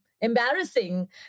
embarrassing